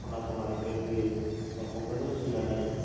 खना खनलानिफ्राय फैयो एबा क'क्राझार जिल्लानि